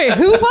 who won?